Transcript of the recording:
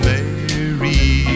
Mary